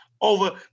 over